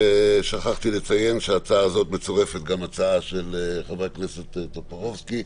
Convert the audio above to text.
שכחתי לציין שלהצעה הזאת מצורפת גם הצעה של חבר הכנסת טופורובסקי.